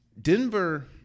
Denver